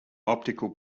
optical